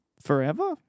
Forever